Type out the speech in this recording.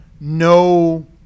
No